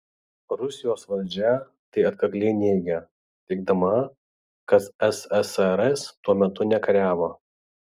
rusijos valdžia tai atkakliai neigia teigdama kad ssrs tuo metu nekariavo